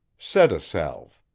sedasalve.